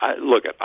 look